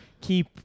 keep